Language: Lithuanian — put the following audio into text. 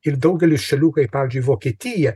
ir daugelis šalių kaip pavyzdžiui vokietija